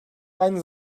aynı